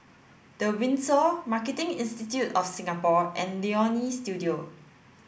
the Windsor Marketing Institute of Singapore and Leonie Studio